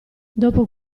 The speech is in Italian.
dopo